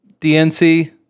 dnc